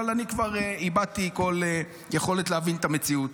אבל אני כבר איבדתי כל יכולת להבין את המציאות.